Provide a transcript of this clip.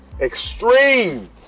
extreme